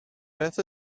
beth